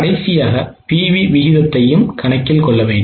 கடைசியாக PV விகிதத்தையும் கணக்கில் கொள்ள வேண்டும்